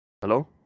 Hello